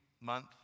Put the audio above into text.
month